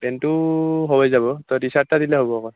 পেণ্টটো হৈ যাব তই টি চাৰ্ট এটা দিলে হ'ব অকল